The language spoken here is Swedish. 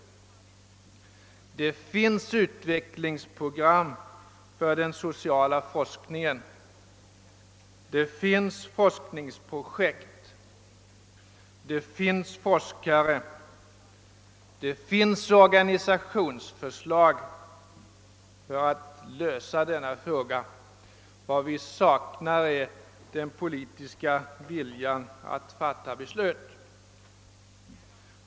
Det finns utvecklingsprogram för den «sociala forskningen, det finns forskningsprojekt, det finns forskare, det finns organisationsförslag för att lösa denna fråga. Vad vi saknar är den politiska viljan att fatta beslut.